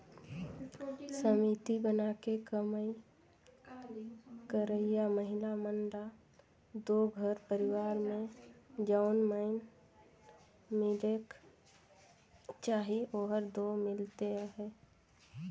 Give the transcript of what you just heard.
समिति बनाके कमई करइया महिला मन ल दो घर परिवार में जउन माएन मिलेक चाही ओहर दो मिलते अहे